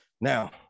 Now